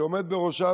ועומד בראשה,